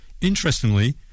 Interestingly